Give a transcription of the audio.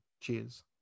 Cheers